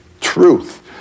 truth